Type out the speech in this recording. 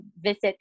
visit